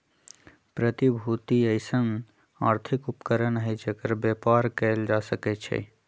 प्रतिभूति अइसँन आर्थिक उपकरण हइ जेकर बेपार कएल जा सकै छइ